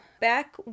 back